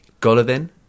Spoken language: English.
golovin